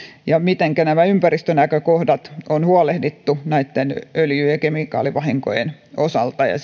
ja se mitenkä nämä ympäristönäkökohdat on huolehdittu näitten öljy ja kemikaalivahinkojen ja